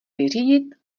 vyřídit